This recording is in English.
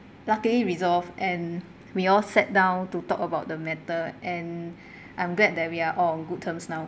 luckily resolved and we all sat down to talk about the matter and I'm glad that we are all on good terms now